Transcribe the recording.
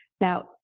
Now